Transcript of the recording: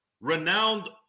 renowned